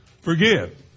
forgive